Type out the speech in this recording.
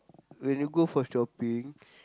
when you go for shopping